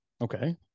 Okay